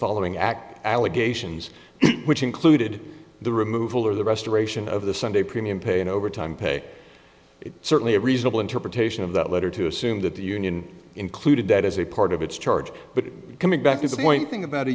following act allegations which included the removal or the restoration of the sunday premium paid overtime pay it certainly a reasonable interpretation of that letter to assume that the union included that as a part of its charge but coming back to the point thing about